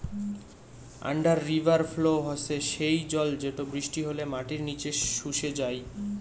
under river flow হসে সেই জল যেটো বৃষ্টি হলে মাটির নিচে শুষে যাই